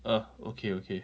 ugh okay okay